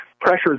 pressures